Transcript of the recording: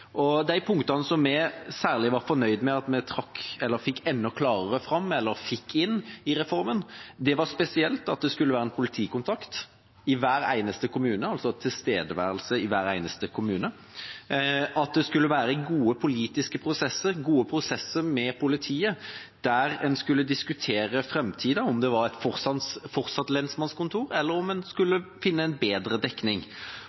og de punktene vi særlig var fornøyd med at vi fikk inn i reformen, var at det skulle være en politikontakt i hver eneste kommune, altså tilstedeværelse i hver eneste kommune, at det skulle være gode politiske prosesser, gode prosesser med politiet, der en skulle diskutere framtida – om en fortsatt skulle ha et lensmannskontor, eller om en skulle finne bedre dekning,